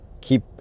keep